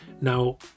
Now